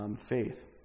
faith